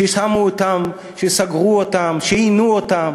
ששמו אותם, שסגרו אותם, שעינו אותם.